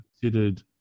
considered